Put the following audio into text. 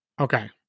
Okay